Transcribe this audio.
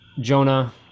Jonah